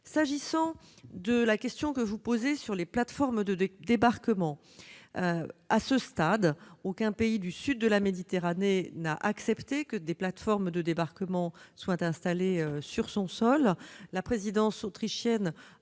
S'agissant de la question que vous posez sur les plateformes de débarquement, à ce stade, aucun pays du sud de la Méditerranée n'a accepté que de telles plateformes soient installées sur son sol.